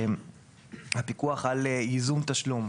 הפיקוח על ייזום תשלום,